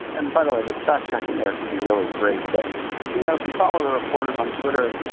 and by the way, the fact-checking there can be really great, but you know if you follow the reporters on twitter,